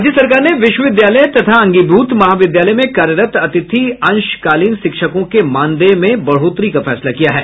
राज्य सरकार ने विश्वविद्यालय तथा अंगीभूत महाविद्यालय में कार्यरत अतिथि अंशकालीन शिक्षकों के मानदेय में बढ़ोतरी का फैसला किया है